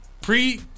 Pre